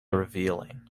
revealing